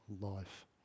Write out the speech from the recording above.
life